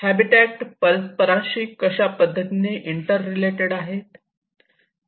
habitat परस्परांशी कशा पद्धतीने इंटर रिलेटेड आहेत